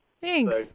Thanks